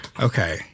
okay